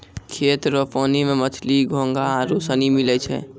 खेत रो पानी मे मछली, घोंघा आरु सनी मिलै छै